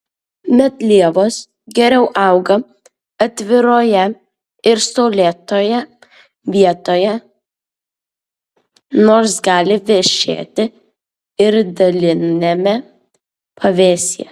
medlievos geriau auga atviroje ir saulėtoje vietoje nors gali vešėti ir daliniame pavėsyje